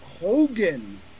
Hogan